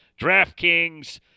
DraftKings